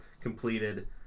completed